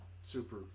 super